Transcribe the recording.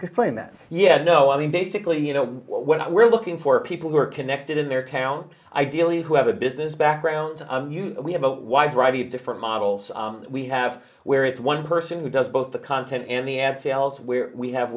play that yeah no i mean basically you know what we're looking for people who are connected in their town ideally who have a business background we have a wide variety of different models we have where it's one person who does both the content and the ad sales where we have